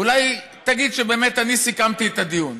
אולי תגיד שבאמת אני סיכמתי את הדיון.